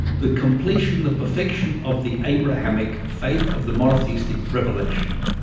the completion, the perfection of the abrahamic faith, of the monotheistic revelation.